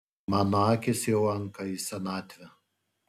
mano akys jau anka į senatvę